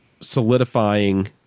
solidifying